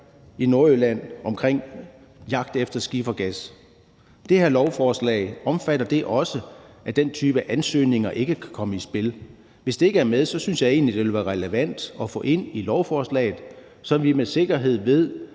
i Nordjylland omkring jagt efter skifergas, men omfatter det her lovforslag også, at den type ansøgninger ikke kan komme i spil? Hvis det ikke er med, synes jeg egentlig, det ville være relevant at få ind i lovforslaget, så vi med sikkerhed ved,